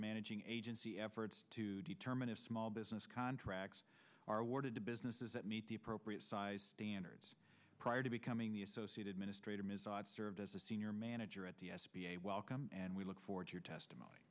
managing agency efforts to determine if small business contracts are awarded to businesses that meet the appropriate size standards prior to becoming the associated ministre to serve as a senior manager at the s b a welcome and we look forward to your testimony